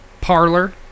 Parlor